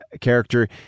character